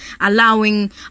allowing